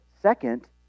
Second